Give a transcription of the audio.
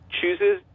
Chooses